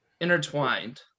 Intertwined